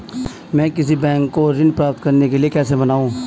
मैं किसी बैंक को ऋण प्राप्त करने के लिए कैसे मनाऊं?